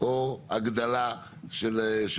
מספיק הכסף.